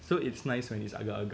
so it's nice when it's agak agak